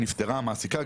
נפטרה המעסיקה,